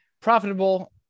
profitable